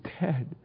dead